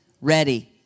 ready